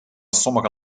sommige